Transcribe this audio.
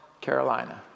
Carolina